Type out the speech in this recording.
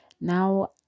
Now